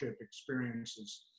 experiences